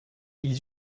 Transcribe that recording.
ils